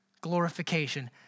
Glorification